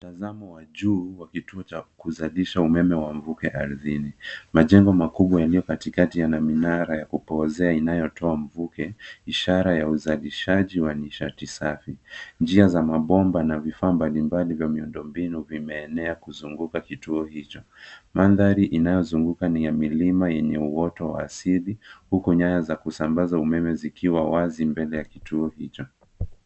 Tazamo wa juu kwa kituo cha kuzalisha umeme wa mvuke ardhini. Majengo makubwa yaliyo katikati yana mnara ya kupozea inayo toa mvuke, ishara ya uzalishaji wa nishati safi. Njia za mabomba na vifaa mbalimbali vya miundo mbinu vime enea kuzunguka kituo hicho. Mandhari inayo zunguka ni ya milima yenye uwoto wa asili. Huku nyaya za kusambaza umeme zikiwa wazi mbele ya kituo hiki.